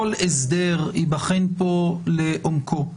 כל הסדר ייבחן פה לעומקו.